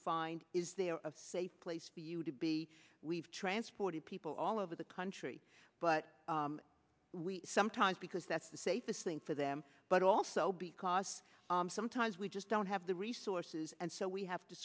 find is there a safe place for you to be we've transported people all over the country but we sometimes because that's the safest thing for them but also because sometimes we just don't have the resources and so we have to